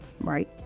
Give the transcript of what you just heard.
right